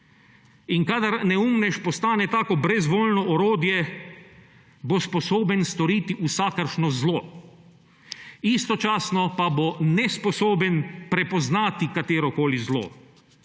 In kadar neumnež postane tako brezvoljno orodje, bo sposoben storiti vsakršno zlo, istočasno pa bo nesposoben prepoznati katerokoli zlo.